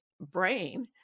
brain